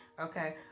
Okay